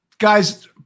Guys